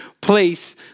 place